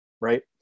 right